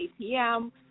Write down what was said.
ATM